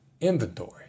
inventory